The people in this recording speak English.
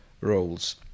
roles